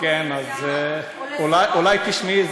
אולי תשמעי,